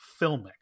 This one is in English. filmic